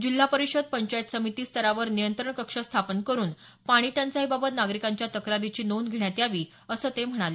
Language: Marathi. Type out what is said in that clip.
जिल्हा परिषद पंचायत समिती स्तरावर नियंत्रण कक्ष स्थापन करून पाणीटंचाईबाबत नागरिकांच्या तक्रारीची नोंद घेण्यात यावी असं ते म्हणाले